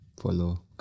follow